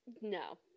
No